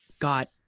got